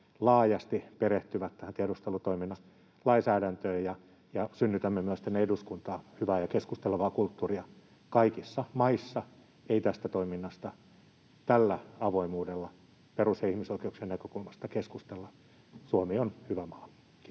laajasti perehtyvät tähän tiedustelutoiminnan lainsäädäntöön ja synnytämme myös tänne eduskuntaan hyvää ja keskustelevaa kulttuuria. Kaikissa maissa ei tästä toiminnasta tällä avoimuudella perus- ja ihmisoikeuksien näkökulmasta keskustella. Suomi on hyvä maa. — Kiitos.